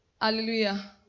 hallelujah